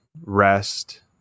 rest